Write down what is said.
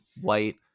white